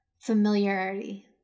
familiarity